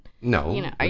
No